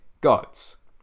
gods